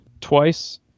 twice